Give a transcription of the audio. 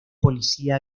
policía